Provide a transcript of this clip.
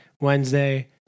Wednesday